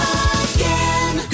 again